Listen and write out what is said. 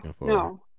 no